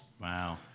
Wow